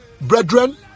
brethren